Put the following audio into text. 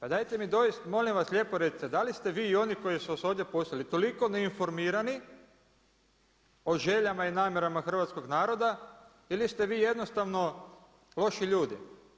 A dajte mi molim vas lijepo recite, da li ste vi i oni koji su vas ovdje poslali toliko neinformirani o željama i namjerama hrvatskog naroda ili ste vi jednostavno loši ljudi?